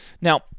Now